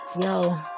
yo